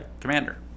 commander